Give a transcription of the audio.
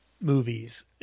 movies